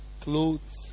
clothes